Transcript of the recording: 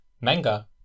manga